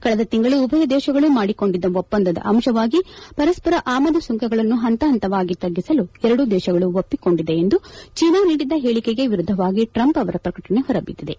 ಕಳೆದ ತಿಂಗಳು ಉಭಯ ದೇಶಗಳು ಮಾಡಿಕೊಂಡಿದ್ದ ಒಪ್ಪಂದದ ಅಂಶವಾಗಿ ಪರಸ್ಪರ ಆಮದು ಸುಂಕಗಳನ್ನು ಪಂತ ಹಂತವಾಗಿ ತಗ್ಗಿಸಲು ಎರಡೂ ದೇಶಗಳು ಒಪ್ಪಿಕೊಂಡಿದೆ ಎಂದು ಚೀನಾ ನೀಡಿದ್ದ ಹೇಳಕೆಗೆ ವಿರುದ್ಧವಾಗಿ ಟ್ರಂಪ್ ಅವರ ಪ್ರಕಟಣೆ ಹೊರಬಿದ್ದಿದೆ